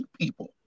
people